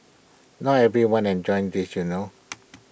not everyone enjoys this you know